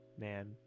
Man